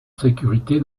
sécurité